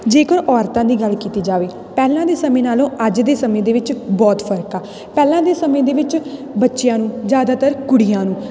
ਜੇਕਰ ਔਰਤਾਂ ਦੀ ਗੱਲ ਕੀਤੀ ਜਾਵੇ ਪਹਿਲਾਂ ਦੇ ਸਮੇਂ ਨਾਲੋਂ ਅੱਜ ਦੇ ਸਮੇਂ ਦੇ ਵਿੱਚ ਬਹੁਤ ਫਰਕ ਆ ਪਹਿਲਾਂ ਦੇ ਸਮੇਂ ਦੇ ਵਿੱਚ ਬੱਚਿਆਂ ਨੂੰ ਜ਼ਿਆਦਾਤਰ ਕੁੜੀਆਂ ਨੂੰ